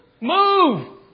Move